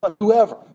Whoever